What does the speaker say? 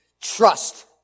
trust